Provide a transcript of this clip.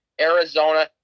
Arizona